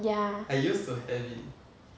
ya